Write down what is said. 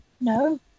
No